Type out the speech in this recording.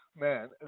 Man